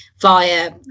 via